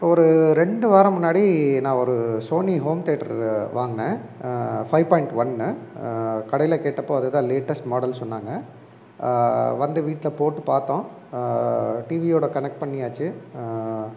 இப்போ ஒரு ரெண்டு வாரம் முன்னாடி நான் ஒரு சோனி ஹோம் தேட்ரு வாங்கினேன் ஃபைவ் பாய்ண்ட் ஒன்னு கடையில் கேட்டப்போது அது தான் லேட்டஸ்ட் மாடல் சொன்னாங்க வந்து வீட்டில் போட்டுப் பார்த்தோம் டிவியோடு கனெக்ட் பண்ணியாச்சு